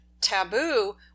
taboo